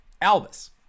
Albus